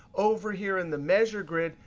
over here in the measure grid,